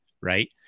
right